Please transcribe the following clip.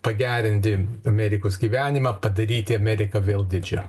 pagerinti amerikos gyvenimą padaryti ameriką vėl didžia